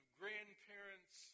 grandparents